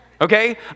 Okay